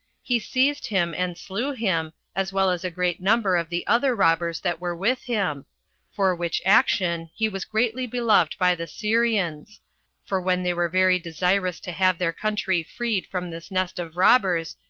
he seized him and slew him, as well as a great number of the other robbers that were with him for which action he was greatly beloved by the syrians for when they were very desirous to have their country freed from this nest of robbers,